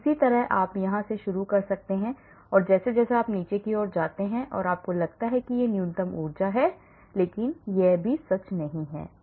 इसी तरह आप यहां से शुरू कर सकते हैं और जैसे जैसे आप नीचे की ओर जाते हैं और आपको लगता है कि यह न्यूनतम ऊर्जा है लेकिन यह भी सच नहीं है